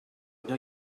bien